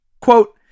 quote